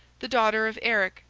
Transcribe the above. the daughter of eric,